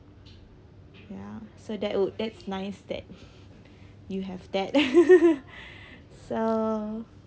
ya so that would that's nice that you have that so